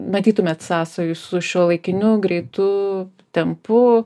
matytumėt sąsajų su šiuolaikiniu greitu tempu